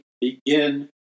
begin